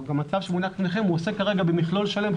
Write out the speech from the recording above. הרי הצו שמונח בפניכם עוסק כרגע במכלול שלם,